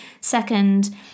second